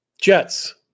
Jets